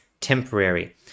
temporary